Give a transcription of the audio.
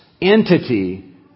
entity